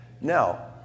Now